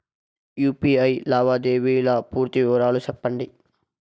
UPI లావాదేవీల పూర్తి వివరాలు సెప్పండి?